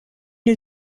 new